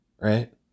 right